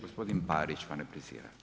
Gospodin Parić vam replicira.